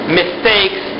mistakes